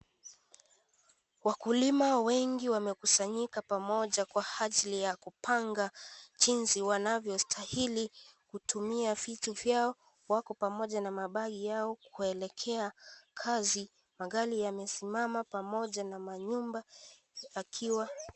Wakulima wengi wamekusanyika pamoja kwa ajili ya kupanga jinsi wanavyostahili kutumia vitu vyao. Wako pamoja na mabagi yao kuelekea kazi. Magari yamesimama pamoja na manyumba yakiwa...